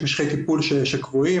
יש משכי טיפול שקבועים,